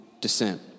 descent